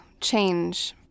change